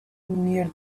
near